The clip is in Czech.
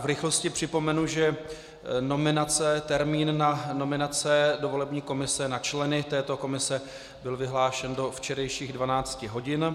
V rychlosti připomenu, že termín na nominace do volební komise, na členy této komise, byl vyhlášen do včerejších 12 hodin.